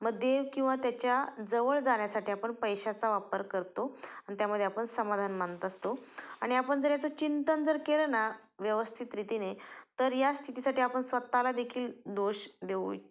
मग देव किंवा त्याच्या जवळ जाण्यासाठी आपण पैशाचा वापर करतो आणि त्यामध्ये आपण समाधान मानत असतो आणि आपण जर याचं चिंतन जर केलं ना व्यवस्थित रीतीने तर या स्थितीसाठी आपण स्वतःला देखील दोष देऊ